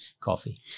Coffee